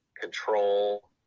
control